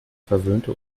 verwöhnte